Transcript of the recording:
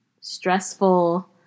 stressful